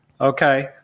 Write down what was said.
Okay